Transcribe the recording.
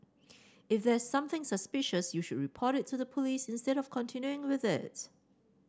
if there's something suspicious you should report it to the police instead of continuing with it